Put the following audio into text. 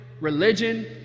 religion